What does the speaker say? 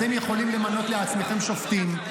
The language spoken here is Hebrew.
--- אתם יכולים למנות לעצמכם שופטים.